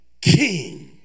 king